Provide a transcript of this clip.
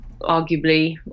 arguably